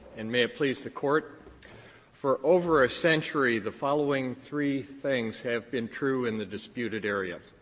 and may it please the court for over a century, the following three things have been true in the disputed area.